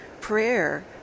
prayer